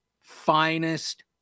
finest